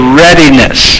readiness